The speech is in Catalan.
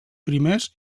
primers